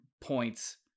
points